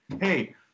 hey